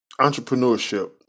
entrepreneurship